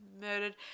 murdered